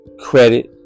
credit